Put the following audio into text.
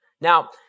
Now